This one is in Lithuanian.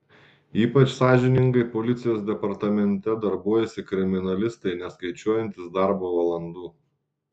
ypač sąžiningai policijos departamente darbuojasi kriminalistai neskaičiuojantys darbo valandų